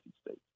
States